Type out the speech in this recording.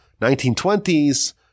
1920s